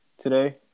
today